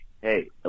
hey